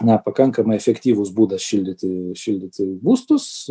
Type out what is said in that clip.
na pakankamai efektyvus būdas šildyti šildyti būstus